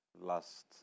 last